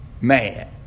mad